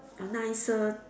uh nicer